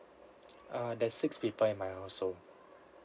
err there's six people in my household